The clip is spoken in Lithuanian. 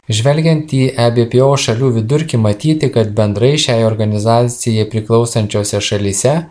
žvelgiant į ebpo šalių vidurkį matyti kad bendrai šiai organizacijai priklausančiose šalyse